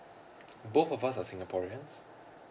both of us are singaporeans